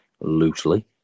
loosely